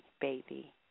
baby